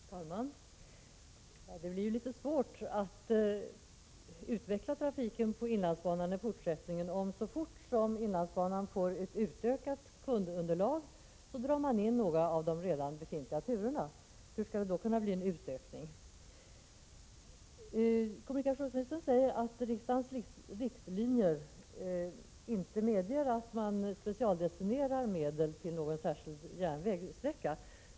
Herr talman! Det blir ju litet svårt att utveckla trafiken på inlandsbanan i fortsättningen om man, så fort inlandsbanan får ökat kundunderlag, drar in några av de redan befintliga turerna. Hur skall det då kunna bli en utökning av trafiken? Kommunikationsministern säger att riksdagens riktlinjer inte medger att man specialdestinerar medel till någon särskild järnvägssträcka.